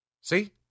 See